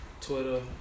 Twitter